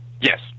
Yes